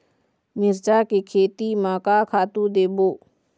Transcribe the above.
मिरचा के खेती म का खातू देबो?